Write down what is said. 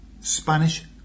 Spanish